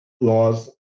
laws